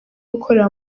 gukorera